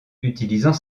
utilisant